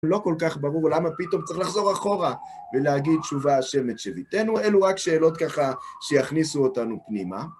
לא כל כך ברור למה פתאום צריך לחזור אחורה ולהגיד תשובה השמית שביתנו, אלו רק שאלות ככה שיכניסו אותנו פנימה.